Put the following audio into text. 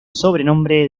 sobrenombre